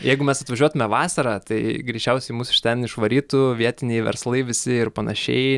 jeigu mes atvažiuotume vasarą tai greičiausiai mus iš ten išvarytų vietiniai verslai visi ir panašiai